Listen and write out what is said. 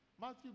Matthew